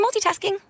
multitasking